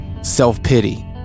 self-pity